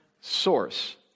source